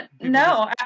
No